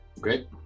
Great